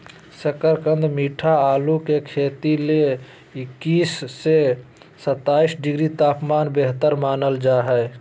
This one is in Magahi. शकरकंद मीठा आलू के खेती ले इक्कीस से सत्ताईस डिग्री तापमान बेहतर मानल जा हय